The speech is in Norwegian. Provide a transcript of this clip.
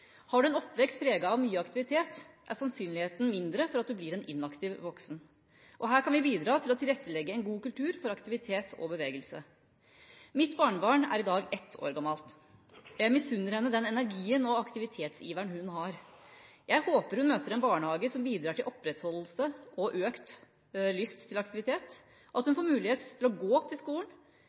Har du en oppvekst preget av mye aktivitet, er sannsynligheten mindre for at du blir en inaktiv voksen. Her kan vi bidra til å tilrettelegge en god kultur for aktivitet og bevegelse. Mitt barnebarn er i dag ett år gammel. Jeg misunner henne den energien og aktivitetsiveren hun har. Jeg håper hun møter en barnehage som bidrar til opprettholdelse av og økt lyst til aktivitet, og at hun får mulighet til å gå til skolen,